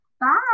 bye